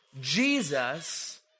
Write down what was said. Jesus